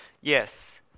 Yes